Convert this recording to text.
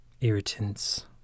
Irritants